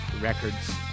records